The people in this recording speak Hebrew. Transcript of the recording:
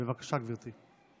בבקשה, גברתי.